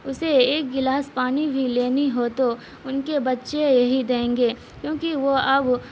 اسے ایک گلاس پانی بھی لینی ہو تو ان کے بچے یہی دیں گے کیونکہ وہ اب